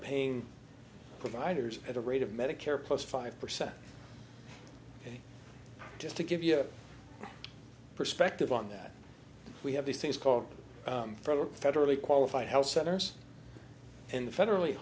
paying providers at a rate of medicare plus five percent and just to give you a perspective on that we have these things called federally qualified health centers and the federally